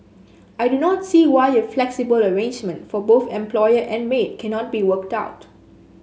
I do not see why a flexible arrangement for both employer and maid cannot be worked out